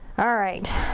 alright,